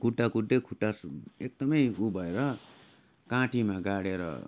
कुद्दा कुद्दै खुट्टा सु एकदमै उ भएर काँटीमा गाडिएर